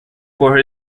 for